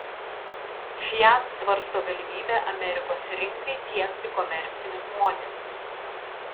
fiat svarsto galimybę amerikos rinkai tiekti komercinius modelius